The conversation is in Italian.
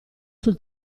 sul